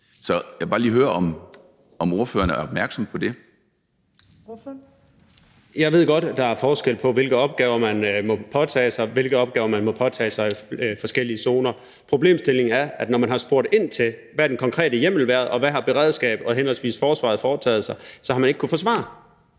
Kl. 13:33 Christoffer Aagaard Melson (V): Jeg ved godt, at der er forskel på, hvilke opgaver man må påtage sig, og hvilke opgaver man må påtage sig i forskellige zoner. Problemstillingen er, at når man har spurgt ind til, hvad den konkrete hjemmel har været, og hvad henholdsvis beredskabet og forsvaret har foretaget sig, har man ikke kunnet få svar.